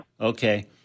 Okay